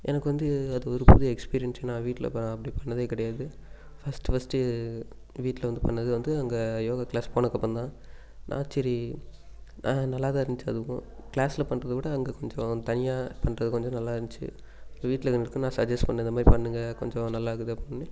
எனக்கு வந்து அது ஒரு புது எஸ்பிரீயன்ஸ் நான் வீட்டில அப்படி பண்ணதே கிடையாது ஃபஸ்ட் ஃபஸ்ட்டு வீட்டில வந்து பண்ணது வந்து அங்கே யோகா கிளாஸ் போனதுகப்பறம் தான் நான் சரி நல்லா தான் இருந்துச்சு அதுவும் கிளாஸ்ல பண்றதை விட கொஞ்சம் தனியாக பண்ணுறது கொஞ்சம் நல்லா இருந்துச்சு வீட்டில இருக்கவங்களுக்கு நான் சஜஸ்ட் பண்ணேன் இந்த மாதிரி பண்ணுங்கள் நல்லா கீது அப்டின்னு